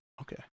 Okay